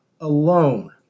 alone